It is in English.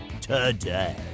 today